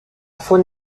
faune